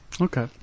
Okay